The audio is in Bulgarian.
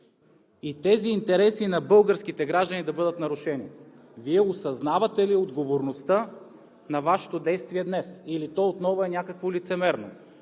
и тези интереси на българските граждани да бъдат нарушени? Вие осъзнавате ли отговорността на Вашето действие днес, или то отново е някакво лицемерно?